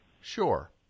Sure